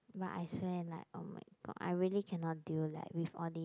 but I swear like oh-my-god I really cannot deal like with all these